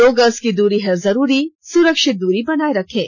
दो गज की दूरी है जरूरी सुरक्षित दूरी बनाए रखें